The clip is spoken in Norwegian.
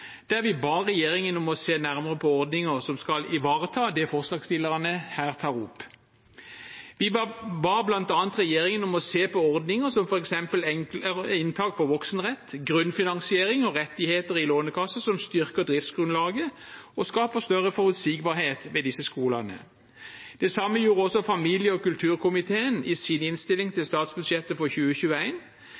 der vi ba regjeringen om å se nærmere på ordninger som skal ivareta det forslagsstillerne her tar opp. Vi ba regjeringen bl.a. om se på ordninger som f.eks. inntak på voksenrett, grunnfinansiering og rettigheter i Lånekassen, som styrker driftsgrunnlaget og skaper større forutsigbarhet ved disse skolene. Det samme gjorde familie- og kulturkomiteen i sin innstilling til statsbudsjettet for